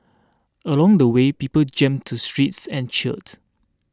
along the way people jammed the streets and cheered